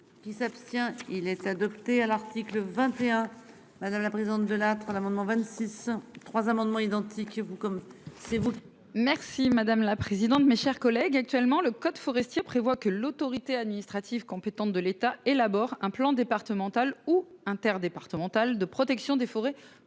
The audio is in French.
qui s'abstient. Il est adopté à l'article 21. Madame la présidente Delattre l'amendement 26. Trois amendements identiques et vous comme c'est vous. Merci madame la présidente, mes chers collègues. Actuellement, le code forestier, prévoit que l'autorité administrative compétente de l'État élabore un plan départemental ou interdépartemental de protection des forêts